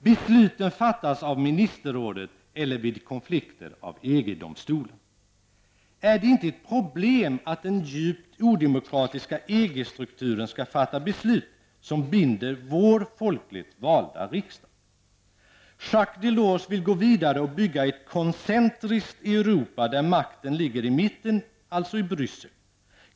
Besluten fattas av ministerrådet eller vid konflikter av EG Är det inte ett problem att den djupt odemokratiska EG-strukturen skall fatta beslut som binder vår folkligt valda riksdag? Jacques Delors vill gå vidare och bygga ett koncentriskt Europa där makten ligger i mitten, alltså i Bryssel.